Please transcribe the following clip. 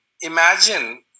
imagine